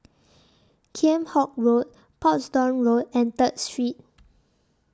Kheam Hock Road Portsdown Road and Third Street